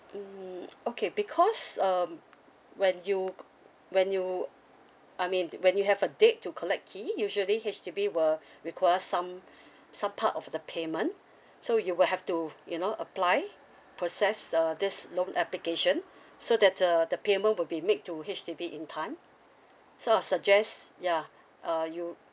mm okay because um when you when you I mean when you have a date to collect key usually H_D_B will require some some part of the payment so you will have to you know apply process uh this loan application so that uh the payment will be made to H_D_B in time so I suggest yeah uh you